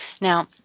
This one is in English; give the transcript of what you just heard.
Now